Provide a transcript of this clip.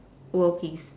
world peace